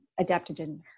adaptogen